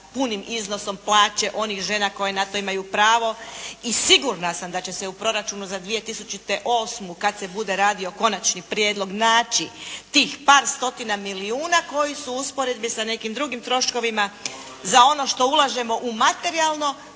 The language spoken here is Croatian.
punih iznosom plaće onih žena koje na to imaju pravo i sigurna sam da će se u proračunu za 2008. kad se bude radio konačni prijedlog naći tih par stotina milijuna koji su u usporedbi sa nekim drugim troškovima za ono što ulažemo u materijalno,